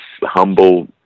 humble